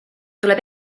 tuleb